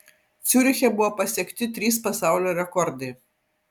ciuriche buvo pasiekti trys pasaulio rekordai